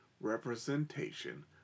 representation